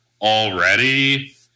already